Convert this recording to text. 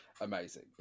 Amazing